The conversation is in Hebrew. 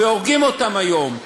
והורגים אותם היום.